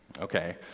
okay